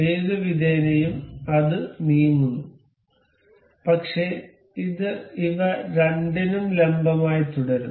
ഏതുവിധേനയും അത് നീങ്ങുന്നു പക്ഷേ ഇത് ഇവ രണ്ടിനും ലംബമായി തുടരുന്നു